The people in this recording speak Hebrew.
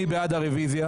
מי בעד קבלת הרוויזיה?